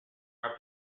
are